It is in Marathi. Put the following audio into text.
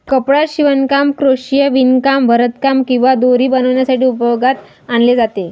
कपडा शिवणकाम, क्रोशिया, विणकाम, भरतकाम किंवा दोरी बनवण्यासाठी उपयोगात आणले जाते